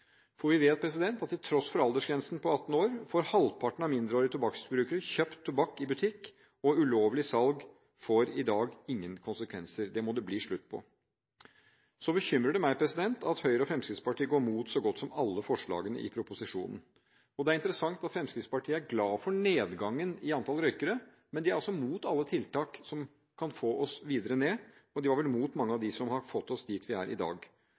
For vi vet at til tross for aldersgrensen på 18 år, får halvparten av mindreårige tobakksbrukere kjøpt tobakk i butikk, og ulovlig salg får i dag ingen konsekvenser – det må det bli slutt på. Det bekymrer meg at Høyre og Fremskrittspartiet går imot så godt som alle forslagene i proposisjonen. Det er interessant at Fremskrittspartiet er glad for nedgangen i antall røykere, men de er altså imot alle tiltak som kan få oss videre ned, og de var vel imot mange av dem som har fått oss dit vi er i dag.